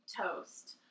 toast